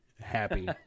happy